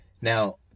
Now